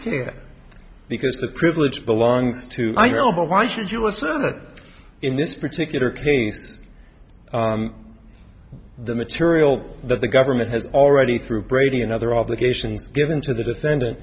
care because the privilege belongs to i remember why should you asserted in this particular case the material that the government has already through brady and other obligations given to the defendant